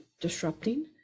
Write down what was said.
disrupting